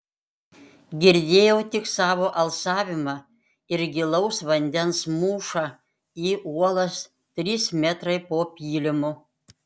girdėjau tik savo alsavimą ir gilaus vandens mūšą į uolas trys metrai po pylimu